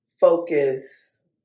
focus